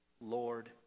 Lord